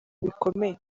bikomeye